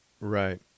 Right